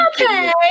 okay